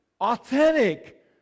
authentic